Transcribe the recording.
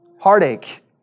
heartache